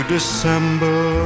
December